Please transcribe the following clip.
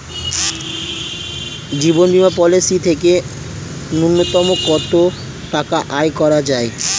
জীবন বীমা পলিসি থেকে ন্যূনতম কত টাকা আয় করা যায়?